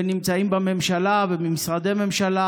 ונמצאים בממשלה ובמשרדי ממשלה,